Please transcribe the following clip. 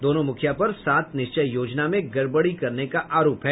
दोनों मुखिया पर सात निश्चय योजना में गड़बड़ी करने का आरोप है